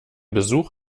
besuch